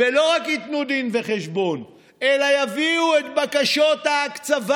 ולא רק ייתנו דין וחשבון אלא יביאו את בקשות ההקצבה,